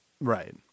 right